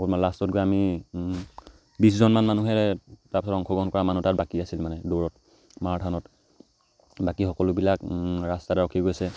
অকল লাষ্টত গৈ আমি বিছজনমান মানুহে তাৰপিছত অংশগ্ৰহণ কৰা মানুহ তাত বাকী আছিল মানে দূৰত মাৰাথানত বাকী সকলোবিলাক ৰাস্তাতে ৰখি গৈছে